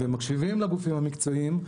ומקשיבים לגופים המקצועיים,